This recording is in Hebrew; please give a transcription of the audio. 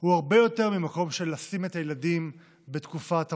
הוא הרבה יותר ממקום של לשים את הילדים בתקופת החופש,